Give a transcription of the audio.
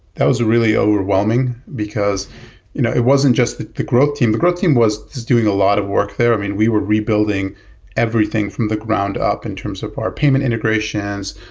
that was really overwhelming, because you know it wasn't just the the growth team. the growth team was doing a lot of work there. i mean, we were rebuilding everything from the ground-up in terms of part payment integration,